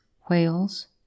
Whales